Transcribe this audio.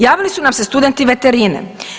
Javili su nam se studenti veterine.